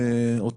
על קטועים,